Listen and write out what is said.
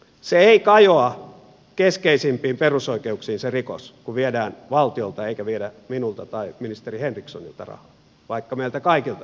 se rikos ei kajoa keskeisimpiin perusoikeuksiin kun viedään valtiolta eikä viedä minulta tai ministeri henrikssonilta rahaa vaikka meiltä kaikilta viedään